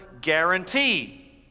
guarantee